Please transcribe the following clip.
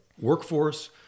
workforce